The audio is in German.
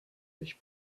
sich